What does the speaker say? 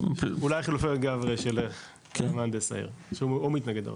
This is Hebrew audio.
אולי חילופים של מהנדס העיר שהוא המתנגד הראשי.